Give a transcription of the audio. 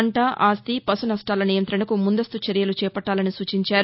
పంట ఆస్తి పశు నష్టాల నియంత్రణకు ముందస్తు చర్యలు చేపట్లాలని సూచించారు